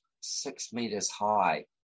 six-meters-high